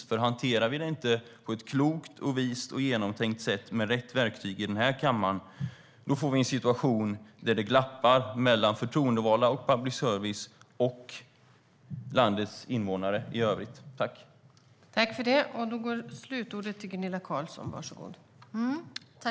Om vi inte hanterar den på ett klokt, vist och genomtänkt sätt med rätt verktyg i kammaren får vi en situation där det glappar mellan förtroendevalda och public service och landets invånare i övrigt.